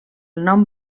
nom